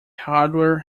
hardware